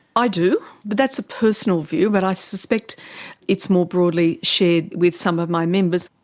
i do. but that's a personal view, but i suspect it's more broadly shared with some of my members.